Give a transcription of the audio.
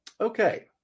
Okay